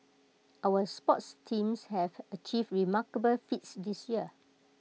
our sports teams have achieved remarkable feats this year